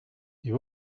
you